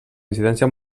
incidència